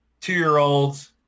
Two-year-olds